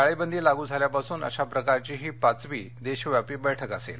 टाळेबंदी लागू झाल्यापासून अशा प्रकारची ही पाचवी देशव्यापी बैठक असेल